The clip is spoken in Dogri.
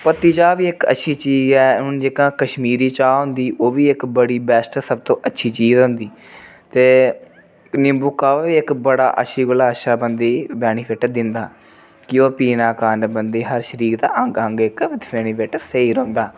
पत्ती चाह् बी इक अच्छी चीज़ ऐ हून जेह्का कश्मीरी चाह् होंदी ओह् बी इक बड़ी बेस्ट सबतु अच्छी चीज होंदी ते नींबू काह्वा बी इक बड़ा अच्छे कोला अच्छा बंदे गी बेनिफिट दिंदा कि ओह् पीने कारण बंदे शरीर दा हर अंग अंग इक बेनिफिट स्हेई रौंह्दा